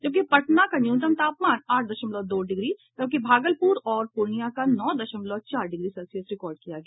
जबकि पटना का न्यूनतम तापमान आठ दशमलव दो डिग्री जबकि भागलपुर और पूर्णियां का नौ दशमलव चार डिग्री सेल्सियस रिकॉर्ड किया गया